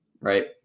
right